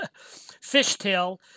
Fishtail